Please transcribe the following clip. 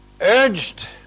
urged